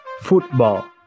football